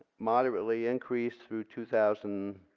moderately increase through two thousand and